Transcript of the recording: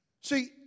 See